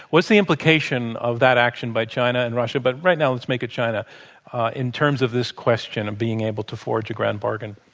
what's the implication of that action by china and russia? but right now let's make it china in terms of this question, of being able to forge a grand bargain.